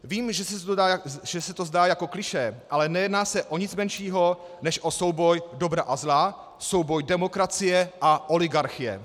Vím, že se to zdá jako klišé, ale nejedná se o nic menšího než o souboj dobra a zla, souboj demokracie a oligarchie.